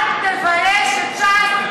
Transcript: אל תבייש את ש"ס,